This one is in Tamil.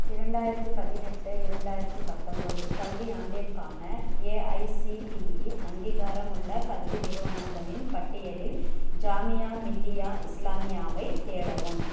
இரண்டாயிரத்து பதினெட்டு இரண்டாயிரத்து பத்தம்பது கல்வியாண்டிற்கான ஏஐசிடிஇ அங்கீகாரமுள்ள கல்வி நிறுவனங்களின் பட்டியலில் ஜாமியா மில்லியா இஸ்லாமியாவை தேடவும்